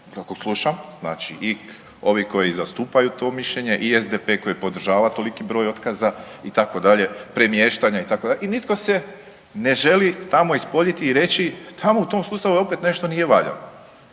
znači i ovi koji zastupaju to mišljenje i SDP koji podržava toliki broj otkaza itd., premještanje itd. i nitko se ne želi tamo ispoljiti i reći tamo u tom sustavu opet nešto nije valjalo.